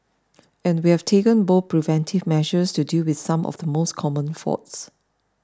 and we have taken both preventive measures to deal with some of the most common faults